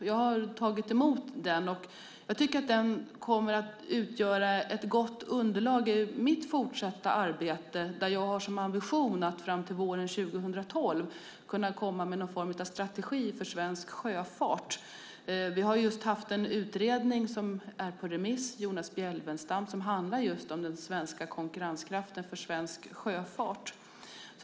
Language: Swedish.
Jag har tagit emot den, och jag tror att den kommer att utgöra ett gott underlag i mitt fortsatta arbete, där jag har som ambition att till fram på våren 2012 kunna komma med någon form av strategi för svensk sjöfart. Vi har haft en utredning av Jonas Bjelfvenstam som är ute på remiss och som handlar om den svenska konkurrenskraften för svensk sjöfart.